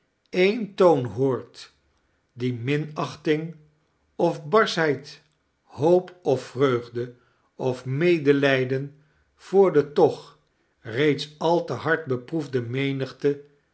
een toon hoort die minaehtiiig of barscbheid hoop of vreugde of medelijden voor de toch reeds al te hard beproefde